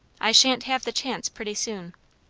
i sha'n't have the chance pretty soon.